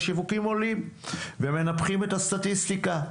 השיווקים עולים ומנפחים את הסטטיסטיקה.